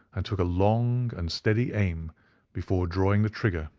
and took a long and steady aim before drawing the trigger.